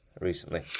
recently